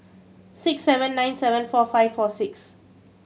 six seven nine seven four five four six